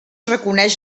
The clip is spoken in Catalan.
reconeix